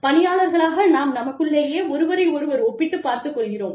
பணியாளர்களாக நாம் நமக்குள்ளேயே ஒருவரை ஒருவர் ஒப்பிட்டுப் பார்த்து கொள்கிறோம்